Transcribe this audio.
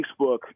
Facebook